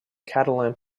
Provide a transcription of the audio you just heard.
catalan